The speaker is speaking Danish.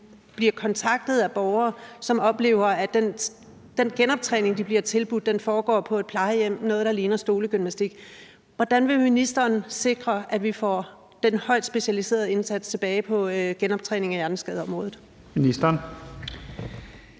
bliver kontaktet af borgere, som oplever, at den genoptræning, de bliver tilbudt, foregår på et plejehjem – noget, der ligner stolegymnastik. Hvordan vil ministeren sikre, at vi får den højt specialiserede indsats tilbage i genoptræning på hjerneskadeområdet? Kl.